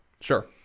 Sure